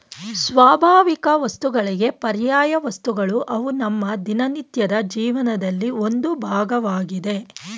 ಸ್ವಾಭಾವಿಕವಸ್ತುಗಳಿಗೆ ಪರ್ಯಾಯವಸ್ತುಗಳು ಅವು ನಮ್ಮ ದಿನನಿತ್ಯದ ಜೀವನದಲ್ಲಿ ಒಂದು ಭಾಗವಾಗಿದೆ